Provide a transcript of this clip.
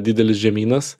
didelis žemynas